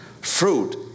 Fruit